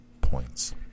points